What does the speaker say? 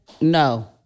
No